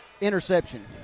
interception